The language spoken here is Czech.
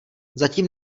zatím